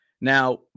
Now